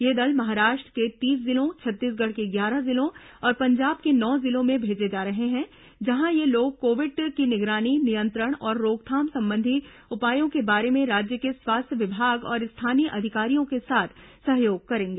ये दल महाराष्ट्र के तीस जिलों छत्तीसगढ़ के ग्यारह जिलों और पंजाब के नौ जिलों में भेजे जा रहे हैं जहां ये लोग कोविड की निगरानी नियंत्रण और रोकथाम संबंधी उपायों के बारे में राज्य के स्वास्थ्य विभाग और स्थानीय अधिकारियों के साथ सहयोग करेंगे